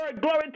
glory